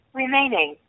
remaining